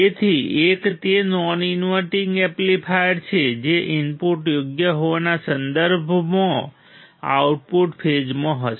તેથી એક તે નોન ઇન્વર્ટિંગ એમ્પ્લીફાયર છે જે ઇનપુટ યોગ્ય હોવાના સંદર્ભમાં આઉટપુટ ફેઝમાં હશે